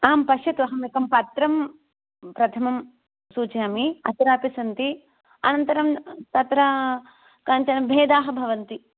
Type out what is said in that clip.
आं पश्यतु अहं एकं पत्रं प्रथमं सूचयामि अत्रापि सन्ति अनन्तरं तत्र काञ्चन भेदाः भवन्ति